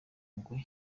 ngwe